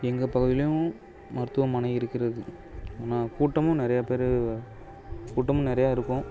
எங்கள் பகுதிலையும் மருத்துவமனை இருக்கிறது ஆனால் கூட்டமும் நிறைய பேர் கூட்டமும் நிறையா இருக்கும்